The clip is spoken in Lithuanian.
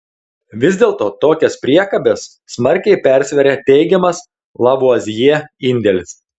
vis dėlto tokias priekabes smarkiai persveria teigiamas lavuazjė indėlis